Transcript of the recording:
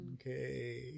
Okay